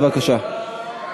בבקשה.